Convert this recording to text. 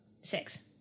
six